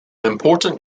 important